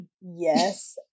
Yes